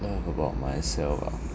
love about myself ah